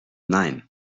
nein